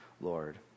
Lord